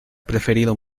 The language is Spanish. preferido